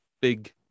big